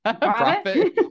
profit